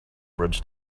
bridge